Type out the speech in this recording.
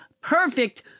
perfect